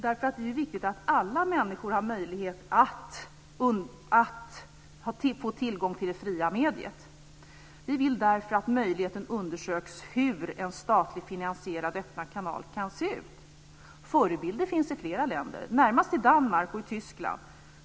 Det är ju viktigt att alla människor får tillgång till det fria mediet. Vi vill därför att möjligheten undersöks hur en statligt finansierad Öppna kanalen kan se ut. Förebilder finns i flera länder, närmast i Danmark och i Tyskland.